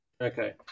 okay